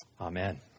Amen